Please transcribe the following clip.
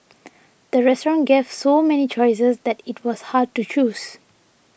the restaurant gave so many choices that it was hard to choose